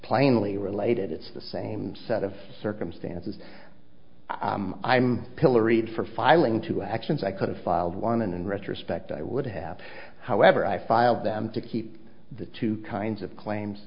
plainly related it's the same set of circumstances i'm pilloried for filing two actions i could've filed one and in retrospect i would have however i filed them to keep the two kinds of claims